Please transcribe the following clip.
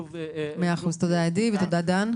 שוב --- בסדר גמור, תודה אדי ותודה דן.